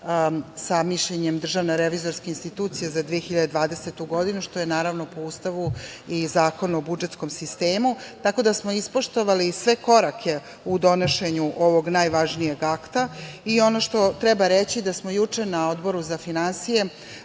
sa mišljenjem DRI za 2022. godinu, što je naravno po Ustavu i Zakonu o budžetskom sistemu. Tako da smo ispoštovali sve korake u donošenju ovog najvažnijeg akta. Ono što treba reći, da smo juče, na Odboru za finansije,